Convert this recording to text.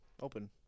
Open